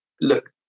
look